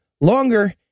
longer